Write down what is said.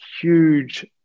huge